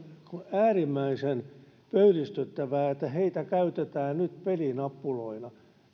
äärimmäisen pöyristyttävää että heitä käytetään nyt pelinappuloina